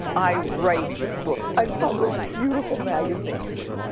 i write books. i've published beautiful magazines.